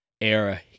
era